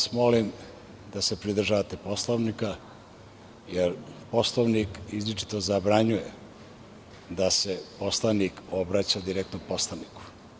Molim vas da se pridržavate Poslovnika, jer Poslovnik izričito zabranjuje da se poslanik direktno obraća poslaniku.